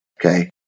Okay